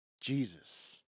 Jesus